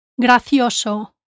gracioso